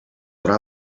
what